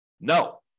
No